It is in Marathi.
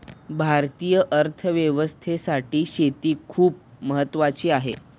भारतीय अर्थव्यवस्थेसाठी शेती खूप महत्त्वाची आहे